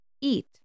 eat